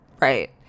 Right